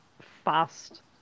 fast